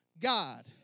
God